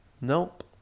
nope